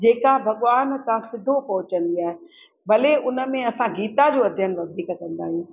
जेका भॻवान था सिधो पहुचंदी आहे भले उन में असां गीता जो अध्यन वधीक कंदा आहियूं